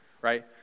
right